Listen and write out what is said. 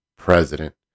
president